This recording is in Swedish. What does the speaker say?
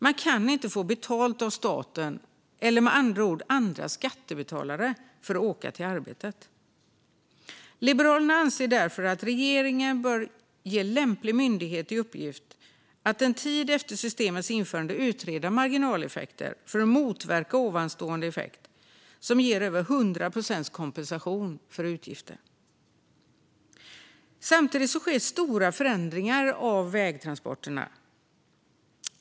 Man ska inte få betalt av staten, eller med andra ord av andra skattebetalare, för att åka till arbetet. Liberalerna anser därför att regeringen bör ge lämplig myndighet i uppgift att en tid efter systemets införande utreda marginaleffekterna för att motverka det jag nyss nämnde, som ger över 100 procents kompensation för utgifter. Samtidigt sker stora förändringar av vägtransporterna.